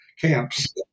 camps